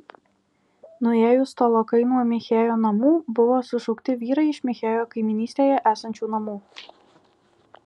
nuėjus tolokai nuo michėjo namų buvo sušaukti vyrai iš michėjo kaimynystėje esančių namų